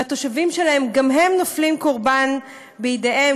והתושבים שלהם גם נופלים קורבן בידיהם,